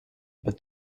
but